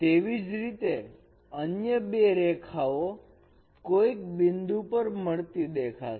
તેવી જ રીતે અન્ય બે રેખાઓ કોઈક બિંદુ પર મળતી દેખાશે